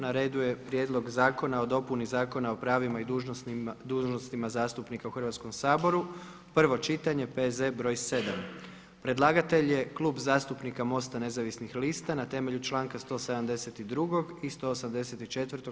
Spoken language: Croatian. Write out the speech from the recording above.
Na redu je - Prijedlog zakona o dopuni Zakona o pravima i dužnostima zastupnika u Hrvatskom saboru, prvo čitanje, P.Z. br. 7; Predlagatelj je Klub zastupnika MOST-a nezavisnih lista na temelju članka 172. i 184.